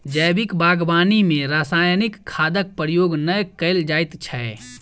जैविक बागवानी मे रासायनिक खादक प्रयोग नै कयल जाइत छै